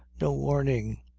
no warning.